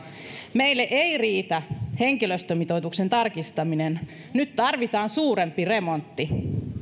meille ei riitä henkilöstömitoituksen tarkistaminen nyt tarvitaan suurempi remontti